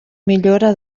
millora